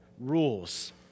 Rules